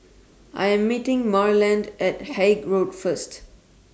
I Am meeting Marland At Haig Road First